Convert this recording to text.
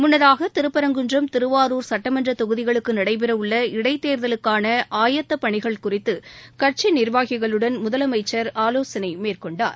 முன்னதாக திருப்பரங்குன்றம் திருவாரூர் சட்டமன்ற தொகுதிகளுக்கு நடைபெறவுள்ள இடைத்தேர்தலுக்கான ஆயத்தப் பணிகள் குறித்து கட்சி நிர்வாகிகளுடன் முதலமைச்சர் ஆலோசனை மேற்கொண்டார்